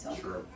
Sure